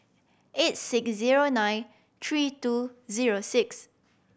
eight six zero nine three two zero six